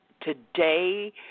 Today